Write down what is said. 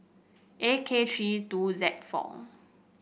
A K three two Z four